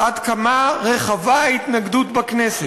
עד כמה רחבה ההתנגדות בכנסת,